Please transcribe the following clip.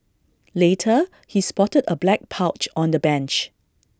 later he spotted A black pouch on the bench